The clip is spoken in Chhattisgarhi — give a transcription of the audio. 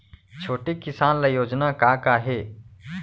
छोटे किसान ल योजना का का हे?